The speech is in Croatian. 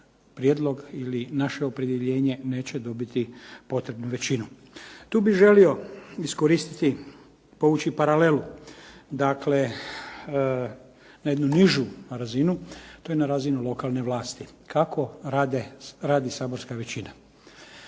prijedlog ili naše opredjeljenje neće dobiti potrebnu većinu. Tu bih želio iskoristiti, povući paralelu na jednu nižu razinu a to je na razinu lokalne vlasti kako radi saborska većina.